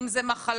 אם זאת מחלה.